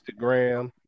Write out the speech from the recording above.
Instagram